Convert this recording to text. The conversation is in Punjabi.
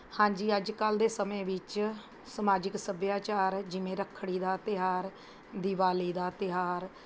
ਹਾਂਜੀ ਅੱਜ ਕੱਲ੍ਹ ਦੇ ਸਮੇਂ ਵਿੱਚ ਸਮਾਜਿਕ ਸੱਭਿਆਚਾਰ ਜਿਵੇਂ ਰੱਖੜੀ ਦਾ ਤਿਉਹਾਰ ਦਿਵਾਲੀ ਦਾ ਤਿਉਹਾਰ